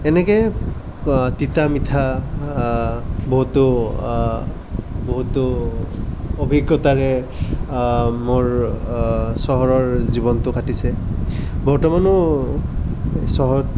এনেকৈ তিতা মিঠা বহুতো বহুতো অভিজ্ঞতাৰে মোৰ চহৰৰ জীৱনটো কাটিছে বৰ্তমানো চহৰত